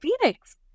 phoenix